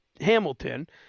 Hamilton